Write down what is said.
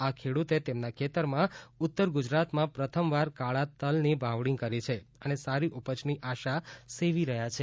આ ખેડુતે તેમના ખેતરમાં ઉત્તર ગુજરાતમાં પ્રથમવાર કાળા તલની વાવણી કરી છે અને સારી ઉપજની આશા સેવી રહ્યા છે